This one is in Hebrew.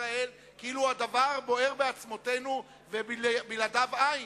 ישראל כאילו הדבר בוער בעצמותינו ובלעדיו אין.